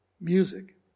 music